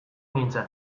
nintzen